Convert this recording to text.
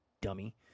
dummy